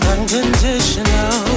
Unconditional